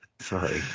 Sorry